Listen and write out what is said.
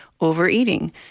overeating